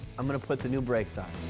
i'm gonna put the new brakes on.